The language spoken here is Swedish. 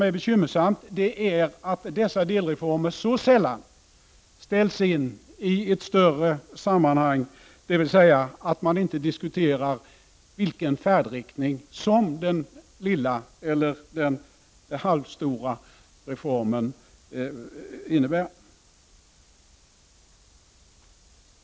Men det bekymmersamma är att dessa delreformer så sällan sätts in i ett större sammanhang, dvs. man diskuterar inte vilken färdriktning den lilla eller halvstora reformen innebär.